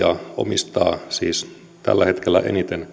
omistaa tällä hetkellä eniten